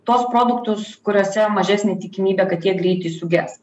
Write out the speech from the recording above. tuos produktus kuriuose mažesnė tikimybė kad jie greitai suges